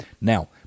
Now